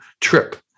trip